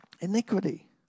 Iniquity